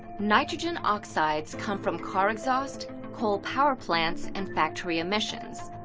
nitrogen oxides come from car exhaust, coal power plants, and factory emissions.